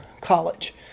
college